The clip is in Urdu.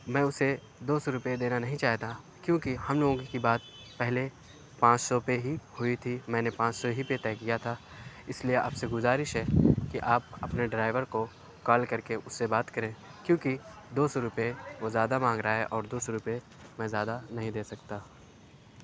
میں اسے دوسو روپے دینا نہیں چاہتا کیوں کہ ہم لوگوں کی بات پہلے پانچ سو پہ ہی ہوئی تھی میں نے پانچ سو ہی پہ طے کیا تھا اس لیے آپ سے گزارش ہے کہ آپ اپنے ڈرائیور کو کال کرکے اس سے بات کریں کیوں کہ دوسو روپے وہ زیادہ مانگ رہا ہے اور دوسو روپے میں زیادہ نہیں دے سکتا